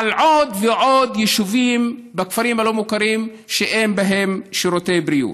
על עוד ועוד יישובים בכפרים הלא-מוכרים שאין בהם שירותי בריאות.